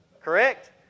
Correct